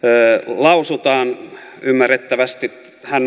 lausutaan ymmärrettävästi hän